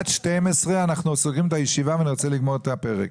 בשעה 12:00 אנחנו נועלים את הישיבה ואני רוצה לסיים את הפרק.